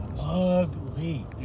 ugly